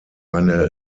eine